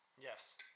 Yes